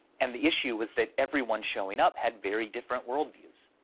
and the issue was that everyone showing up had very different worldviews.